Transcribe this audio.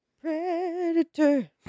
predator